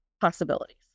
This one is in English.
possibilities